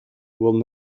will